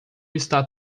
está